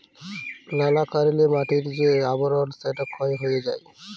লালা কারলে মাটির যে আবরল সেট ক্ষয় হঁয়ে যায়